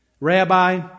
Rabbi